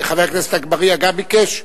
חבר הכנסת אגבאריה גם ביקש?